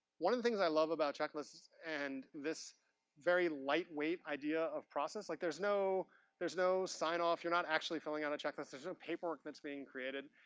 one of the things i love about checklists and this very lightweight idea of process, like, there's no there's no sign-off. you're not actually filling out a checklist. there's no paperwork that's being created.